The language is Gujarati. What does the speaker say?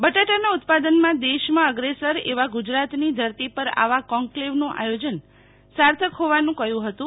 બટાટાના ઉત્પાદનમાં દેશમાં અગ્રેસર એવા ગુજરાતની ધરતી પર આવા કોન્કલેવનું આયોજન સાર્થક હોવાનું કહ્યું હતું